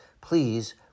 Please